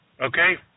Okay